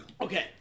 Okay